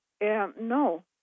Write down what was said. No